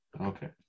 okay